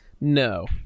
No